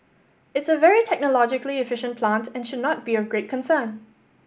it's a very technologically efficient plant and should not be of great concern